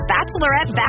Bachelorette